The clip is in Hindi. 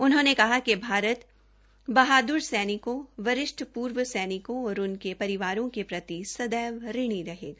उन्होंने कहा कि भारत बहाद्र सैनिकों वरिष्ठ पूर्व सैनिकों और उनके परिवारों के प्रति सदैव ऋणी रहेगा